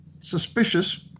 suspicious